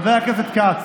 חבר הכנסת כץ,